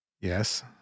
Yes